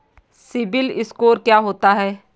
CIBIL score क्या होता है?